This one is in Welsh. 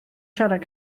siarad